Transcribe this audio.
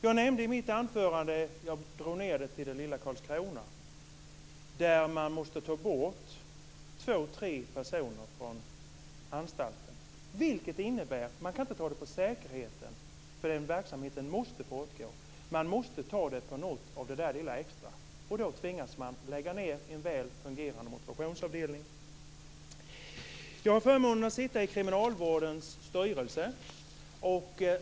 Jag nämnde i mitt anförande det lilla Karlskrona, där man måste ta bort två tre personer från anstalten. Man kan inte göra det på säkerheten, den verksamheten måste fortgå. Man måste ta det på något av det lilla extra. Då tvingas man lägga ned en väl fungerande motivationsavdelning. Jag har förmånen att sitta i kriminalvårdens styrelse.